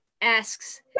asks